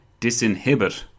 disinhibit